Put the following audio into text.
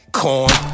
corn